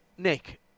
Nick